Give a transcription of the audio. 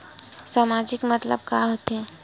सामाजिक मतलब का होथे?